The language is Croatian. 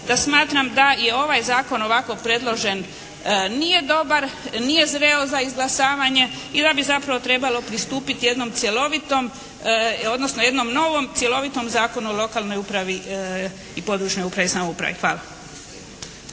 da smatram da i ovaj zakon ovako predložen nije dobar. Nije zreo za izglasavanje i da bi zapravo trebalo pristupiti jednom cjelovitom odnosno jednom novom cjelovitom Zakonu o lokalnoj upravi i područnoj upravi i samoupravi. Hvala.